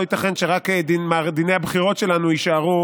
לא ייתכן שרק דיני הבחירות שלנו יישארו